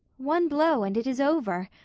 one blow and it is over,